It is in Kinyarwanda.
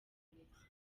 uburezi